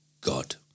God